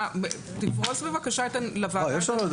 תפרוס בבקשה בפני הוועדה את הנתונים.